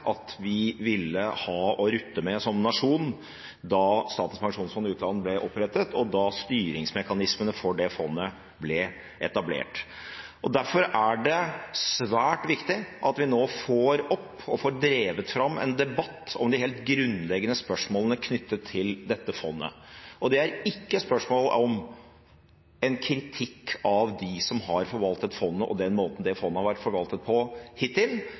at vi som nasjon ville ha å rutte med da Statens pensjonsfond utland ble opprettet, og da styringsmekanismene for det fondet ble etablert. Derfor er det svært viktig at vi nå får opp og får drevet fram en debatt om de helt grunnleggende spørsmålene knyttet til dette fondet. Og det er ikke spørsmål om en kritikk av dem som har forvaltet fondet og den måten fondet har vært forvaltet på hittil